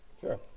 Sure